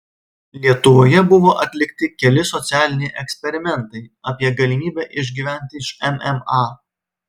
lietuvoje buvo atlikti keli socialiniai eksperimentai apie galimybę išgyventi iš mma